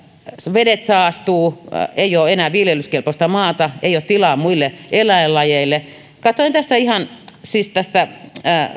vedet saastuvat ei ole enää viljelyskelpoista maata ei ole tilaa muille eläinlajeille katsoin ihan tästä